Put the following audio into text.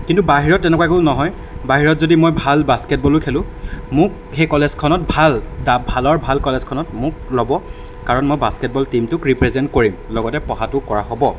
কিন্তু বাহিৰত তেনেকুৱা একো নহয় বাহিৰত যদি মই ভাল বাস্কেটবলো খেলোঁ মোক সেই কলেজখনত ভাল ভালৰ ভাল কলেজখনত মোক ল'ব কাৰণ মই বাস্কেটবল টিমটোক ৰিপ্ৰেজেণ্ট কৰিম লগতে পঢ়াটোও কৰা হ'ব